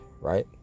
right